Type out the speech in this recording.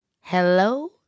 hello